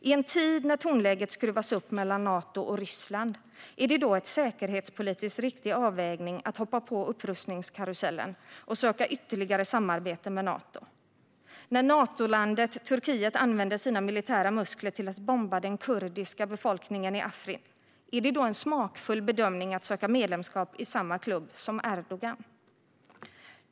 I en tid när tonläget skruvas upp mellan Nato och Ryssland, är det då en säkerhetspolitiskt riktig avvägning att hoppa på upprustningskarusellen och söka ytterligare samarbeten med Nato? När Natolandet Turkiet använder sina militära muskler till att bomba den kurdiska befolkningen i Afrin, är det då en smakfull bedömning att söka medlemskap i samma klubb som Erdogan?